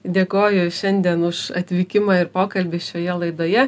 dėkoju šiandien už atvykimą ir pokalbį šioje laidoje